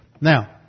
Now